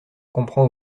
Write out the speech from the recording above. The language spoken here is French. comprend